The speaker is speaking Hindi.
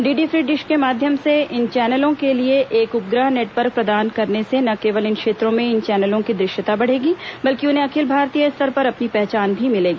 डीडी फ्री डिश के माध्यम से इन चैनलों के लिए एक उपग्रह नेटवर्क प्रदान करने से न केवल इन क्षेत्रों में इन चैनलों की दृश्यता बढ़ेगी बल्कि उन्हें अखिल भारतीय स्तर पर अपनी पहचान भी मिलेगी